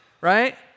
right